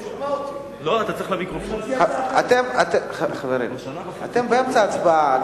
חברים, אתם באמצע הצבעה.